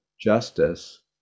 justice